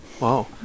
Wow